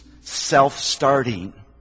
self-starting